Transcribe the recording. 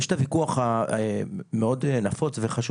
יש ויכוח מאוד נפוץ וחשוב,